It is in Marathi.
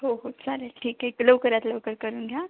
हो हो चालेल ठीक आहे लवकरात लवकर करून घ्या